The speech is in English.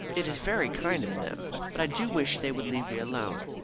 it is very kind of them, but i do wish they would leave me alone.